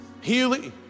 Healy